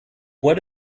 what